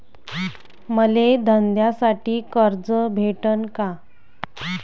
मले धंद्यासाठी कर्ज भेटन का?